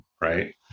right